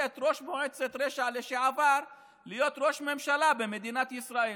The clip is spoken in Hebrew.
את ראש מועצת רשע לשעבר להיות ראש ממשלה במדינת ישראל.